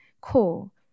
Cool